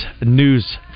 news